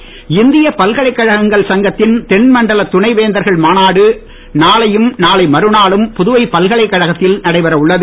கூட்டம் இந்திய பல்கலைக்கழகங்கள் சங்கத்தின் தென்மண்டல துணை வேந்தர்கள் மாநாடு நாளையும் நாளை மறுநாளும் புதுவை பல்கலைக்கழகத்தில் நடைபெற உள்ளது